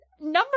number